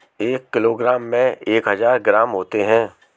एक किलोग्राम में एक हज़ार ग्राम होते हैं